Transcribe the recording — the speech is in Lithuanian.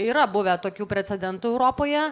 yra buvę tokių precedentų europoje